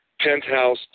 Penthouse